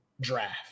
draft